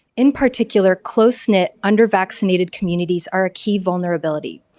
in particular close-knit under-vaccinated communities are a key vulnerability.